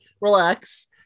relax